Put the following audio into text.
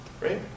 Right